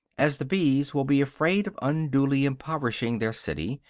as the bees will be afraid of unduly impoverishing their city,